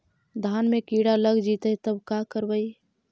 धान मे किड़ा लग जितै तब का करबइ?